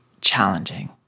challenging